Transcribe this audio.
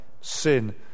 sin